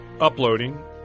uploading